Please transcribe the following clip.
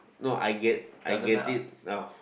no I get I get it now